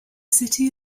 city